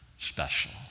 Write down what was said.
special